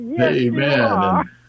Amen